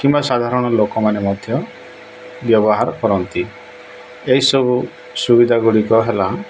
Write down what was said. କିମ୍ବା ସାଧାରଣ ଲୋକମାନେ ମଧ୍ୟ ବ୍ୟବହାର କରନ୍ତି ଏହିସବୁ ସୁବିଧା ଗୁଡ଼ିକ ହେଲା